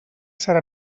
serà